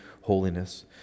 holiness